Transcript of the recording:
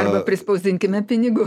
arba prispausdinkime pinigų